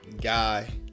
guy